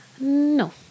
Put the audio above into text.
No